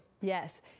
Yes